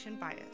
bias